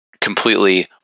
completely